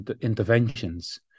interventions